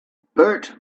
bert